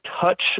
touch